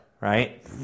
right